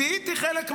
זיהיתי חלק מהשמות.